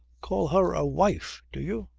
call her a wife, do you?